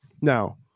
Now